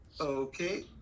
Okay